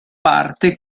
parte